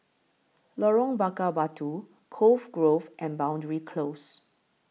Lorong Bakar Batu Cove Grove and Boundary Close